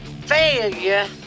failure